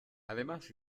además